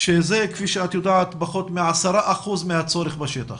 שזה כפי שאת יודעת פחותמ-10 אחוזים מהצורך בשטח.